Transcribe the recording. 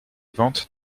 ventes